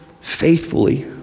faithfully